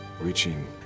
reaching